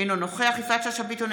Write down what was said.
אינו נוכח יפעת שאשא ביטון,